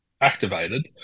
activated